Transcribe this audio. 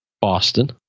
Boston